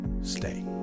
stay